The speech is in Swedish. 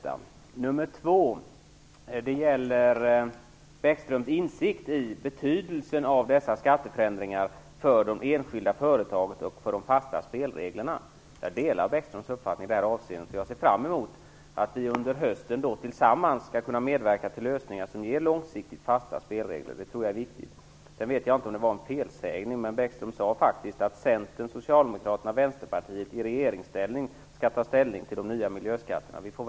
För det andra vill jag ta upp Lars Bäckströms insikt i betydelsen av skatteförändringar för de enskilda företagen och de fasta spelreglerna. Jag delar Bäckströms uppfattning i det avseendet. Jag ser fram emot att vi under hösten tillsammans skall kunna medverka till lösningar som ger långsiktigt fasta spelregler. Det tror jag är viktigt. Lars Bäckström sade faktiskt att Centern, Socialdemokraterna och Vänsterpartiet i regeringsställning skall ta ställning till de nya miljöskatterna. Jag vet inte om det var en felsägning.